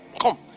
come